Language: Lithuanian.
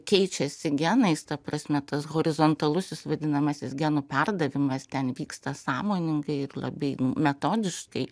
keičiasi genais ta prasme tas horizontalusis vadinamasis genų perdavimas ten vyksta sąmoningai ir labai metodiškai